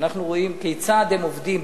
כשאנחנו רואים כיצד הם עובדים,